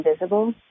invisible